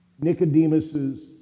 nicodemus's